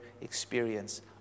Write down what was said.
experience